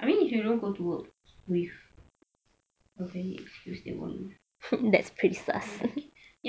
I mean if you don't go to work with a valid excuse they won't